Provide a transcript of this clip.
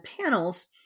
panels